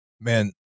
Man